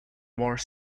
more